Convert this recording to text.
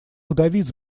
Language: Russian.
вдовиц